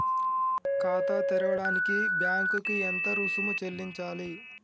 ఖాతా తెరవడానికి బ్యాంక్ కి ఎంత రుసుము చెల్లించాలి?